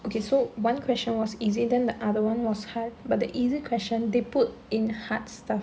okay so one question was easy then the other one was hard but the easy question they put in hard stuff